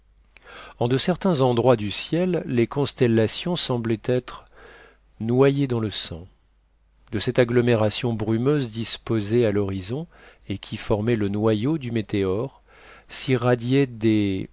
en de certains endroits du ciel les constellations semblaient être noyées dans le sang de cette agglomération brumeuse disposée à l'horizon et qui formait le noyau du météore s'irradiaient des